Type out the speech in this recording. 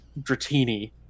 Dratini